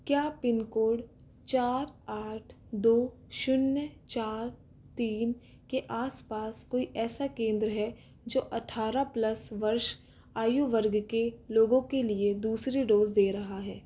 क्या पिनकोड चार आठ दो शून्य चार तीन के आस पास कोई ऐसा केंद्र है जो अट्ठारह प्लस वर्ष आयु वर्ग के लोगों के लिए दूसरी डोज दे रहा है